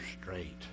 straight